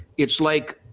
it's like,